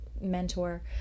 mentor